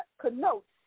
connotes